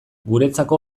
guretzako